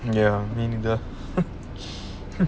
ya me neither LOL